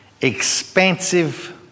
expansive